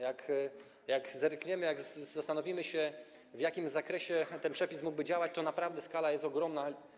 Jak zerkniemy, jak zastanowimy się, w jakim zakresie ten przepis mógłby działać, to naprawdę skala jest ogromna.